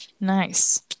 nice